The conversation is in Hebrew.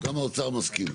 גם האוצר מסכים.